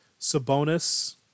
Sabonis